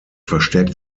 verstärkt